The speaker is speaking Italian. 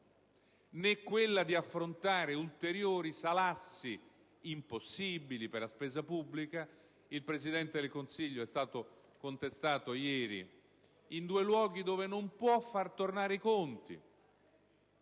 né quella di affrontare ulteriori salassi impossibili per la spesa pubblica. Il Presidente del Consiglio è stato contestato ieri in due luoghi in cui non può far tornare i conti.